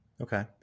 Okay